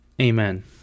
Amen